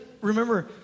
remember